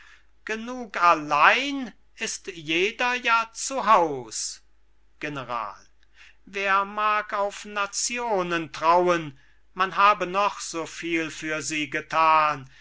genug allein ist jeder ja zu haus general wer mag auf nationen trauen man habe noch so viel für sie gethan